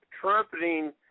trumpeting